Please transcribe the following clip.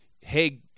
hey